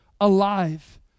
alive